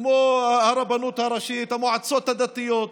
כמו הרבנות הראשית, המועצות הדתיות.